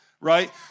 Right